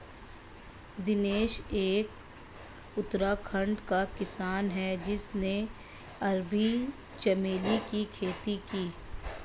दिनेश एक उत्तराखंड का किसान है जिसने अरबी चमेली की खेती की